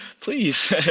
please